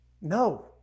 no